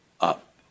up